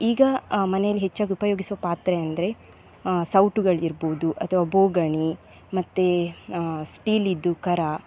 ಈಗ ಮನೆಯಲ್ಲಿ ಹೆಚ್ಚಾಗಿ ಉಪಯೋಗಿಸುವ ಪಾತ್ರೆ ಅಂದರೆ ಸೌಟುಗಳಿರ್ಬೋದು ಅಥವಾ ಬೋಗಣಿ ಮತ್ತು ಸ್ಟೀಲಿಂದು ಕರ